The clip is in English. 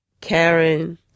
Karen